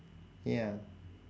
ya